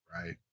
Right